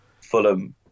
fulham